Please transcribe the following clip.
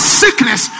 sickness